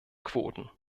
quoten